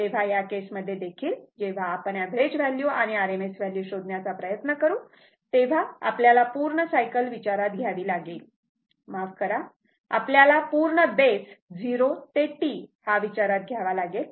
तेव्हा या केसमध्ये देखील जेव्हा आपण एव्हरेज व्हॅल्यू आणि RMS व्हॅल्यू शोधण्याचा प्रयत्न करू तेव्हा आपल्याला पूर्ण सायकल विचारात घ्यावी लागेल माफ करा आपल्याला पूर्ण बेस 0 ते T विचारात घ्यावा लागेल